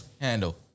Handle